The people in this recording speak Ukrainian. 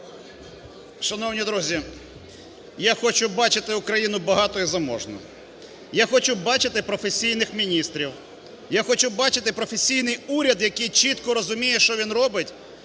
Шановні друзі! Я хочу бачити Україну багатою і заможною. Я хочу бачити професійних міністрів. Я хочу бачити професійний уряд, який чітко розуміє, що він робить,